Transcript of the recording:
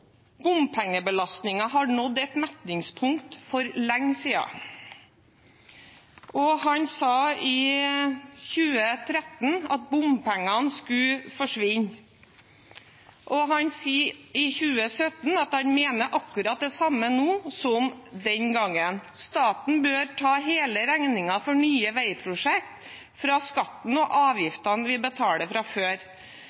har nådd metningspunktet for lenge siden». Han sa i 2013 at bompengene skulle forsvinne, og han sier i 2017 at han «mener akkurat det samme nå som den gang. Staten bør ta hele regningen for nye veiprosjekter fra skatten og